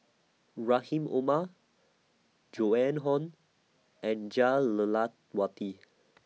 Rahim Omar Joan Hon and Jah Lelawati